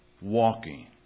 Walking